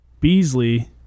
beasley